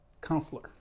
counselor